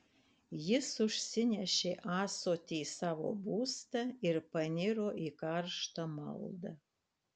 jis užsinešė ąsotį į savo būstą ir paniro į karštą maldą